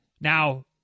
Now